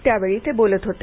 त्यावेळी ते बोलत होते